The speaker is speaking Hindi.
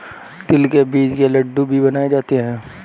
तिल के बीज के लड्डू भी बनाए जाते हैं